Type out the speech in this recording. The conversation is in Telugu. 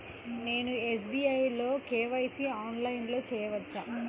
నేను ఎస్.బీ.ఐ లో కే.వై.సి ఆన్లైన్లో చేయవచ్చా?